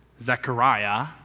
Zechariah